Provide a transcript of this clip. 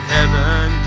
heaven